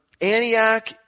Antioch